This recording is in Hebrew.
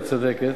ואת צודקת,